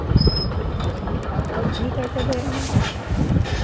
अच्छा और घी कैसे दे रहे हैं